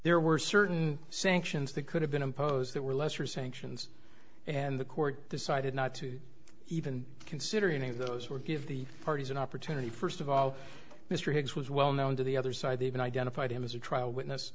there were certain sanctions that could have been imposed that were lesser sanctions and the court decided not to even consider any of those or give the parties an opportunity first of all mr hicks was well known to the other side they even identified him as a trial witness